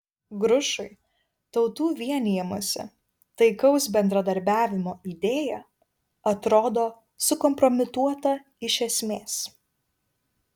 grušui tautų vienijimosi taikaus bendradarbiavimo idėja atrodo sukompromituota iš esmės